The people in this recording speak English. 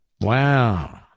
Wow